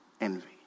envy